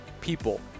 people